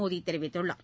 மோடி தெரிவித்துள்ளார்